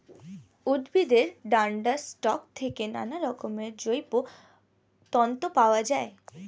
উদ্ভিদের ডান্ডার স্টক থেকে নানারকমের জৈব তন্তু পাওয়া যায়